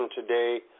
today